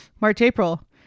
March-April